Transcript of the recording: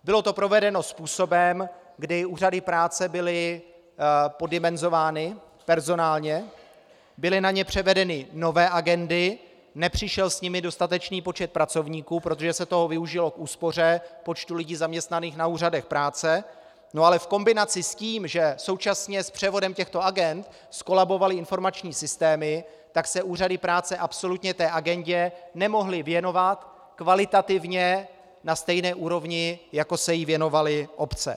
Bylo to provedeno způsobem, kdy úřady práce byly poddimenzovány personálně, byly na ně převedeny nové agendy, nepřišel s nimi dostatečný počet pracovníků, protože se toho využilo k úspoře počtu lidí zaměstnaných na úřadech práce, ale v kombinaci s tím, že současně s převodem těchto agend zkolabovaly informační systémy, tak se úřady práce absolutně té agendě nemohly věnovat kvalitativně na stejné úrovni, jako se jí věnovaly obce.